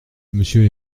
monsieur